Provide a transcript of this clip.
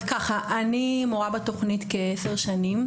אני מורה בתוכנית כעשר שנים.